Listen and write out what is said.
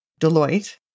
Deloitte